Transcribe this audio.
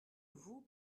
vous